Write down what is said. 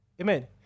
Amen